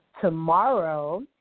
Tomorrow